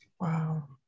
wow